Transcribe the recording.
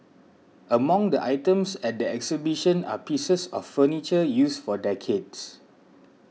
among the items at the exhibition are pieces of furniture used for decades